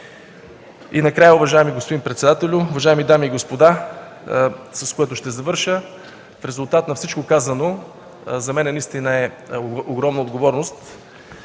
Накрая, уважаеми господин председателю, уважаеми дами и господа, с което завършвам, в резултат на всичко казано, за мен е огромна отговорност